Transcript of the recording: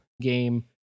game